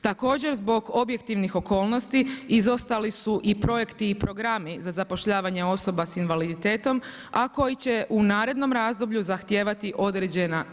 Također zbog objektivnih okolnosti izostali su i projekti i programi za zapošljavanje osoba sa invaliditetom a koji će u narednom razdoblju zahtijevati određena.